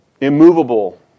immovable